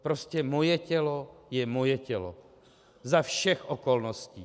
Prostě moje tělo je moje tělo za všech okolností.